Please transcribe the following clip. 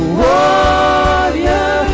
warrior